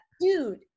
Dude